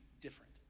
different